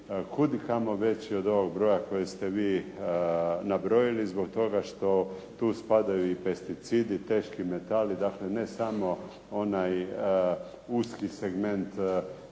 kud i kamo veći od ovog broja koji ste vi zbog toga što tu spadaju i pesticidi, teški metali. Dakle, ne samo onaj uski segment